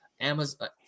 Amazon